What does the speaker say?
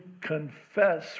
confess